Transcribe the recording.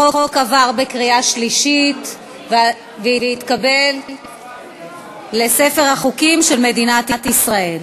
החוק עבר בקריאה שלישית והתקבל לספר החוקים של מדינת ישראל.